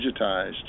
digitized